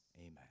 Amen